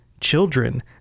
children